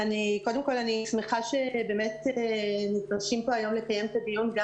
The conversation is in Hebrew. אני שמחה שבאמת נדרשים פה היום לקיים את הדיון גם